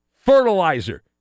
fertilizer